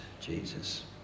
Jesus